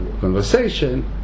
conversation